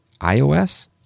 iOS